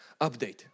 update